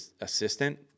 assistant